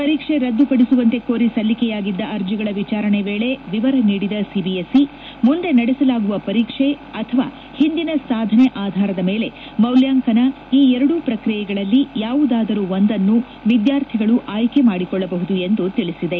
ಪರೀಕ್ಷೆ ರದ್ದುಪಡಿಸುವಂತೆ ಕೋರಿ ಸಲ್ಲಿಕೆಯಾಗಿದ್ದ ಅರ್ಜಿಗಳ ವಿಚಾರಣೆ ವೇಳೆ ವಿವರ ನೀಡಿದ ಸಿಬಿಎಸ್ಇ ಮುಂದೆ ನಡೆಸಲಾಗುವ ಪರೀಕ್ಷೆ ಅಥವಾ ಹಿಂದಿನ ಸಾಧನೆ ಆಧಾರದ ಮೇಲೆ ಮೌಲ್ಯಾಂಕನ ಈ ಎರಡು ಪ್ರಕ್ರಿಯೆಗಳಲ್ಲಿ ಯಾವುದಾದರು ಒಂದನ್ನು ವಿದ್ಯಾರ್ಥಿಗಳು ಆಯ್ಕೆ ಮಾಡಿಕೊಳ್ಳಬಹುದು ಎಂದು ತಿಳಿಸಿದೆ